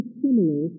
similar